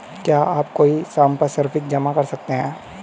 क्या आप कोई संपार्श्विक जमा कर सकते हैं?